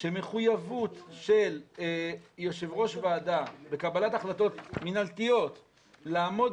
שמחויבות של יושב-ראש ועדה בקבלת החלטות מנהלתיות לעמוד